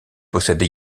possède